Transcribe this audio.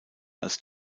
als